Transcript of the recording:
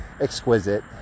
Exquisite